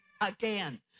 again